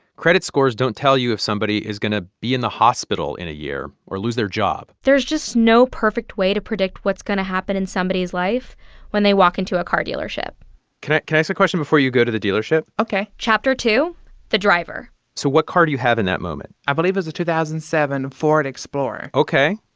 credit scores don't tell you if somebody is going to be in the hospital in a year or lose their job there's just no perfect way to predict what's going to happen in somebody's life when they walk into a car dealership can i ask a question before you go to the dealership? ok chapter two the driver so what car do you have in that moment? i believe it's a two thousand and seven ford explorer ok.